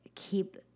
keep